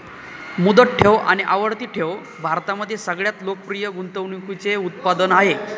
मुदत ठेव आणि आवर्ती ठेव भारतामध्ये सगळ्यात लोकप्रिय गुंतवणूकीचे उत्पादन आहे